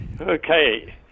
Okay